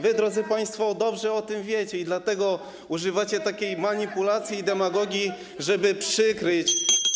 Wy, drodzy państwo, dobrze o tym wiecie i dlatego używacie takiej manipulacji i demagogii, żeby przykryć.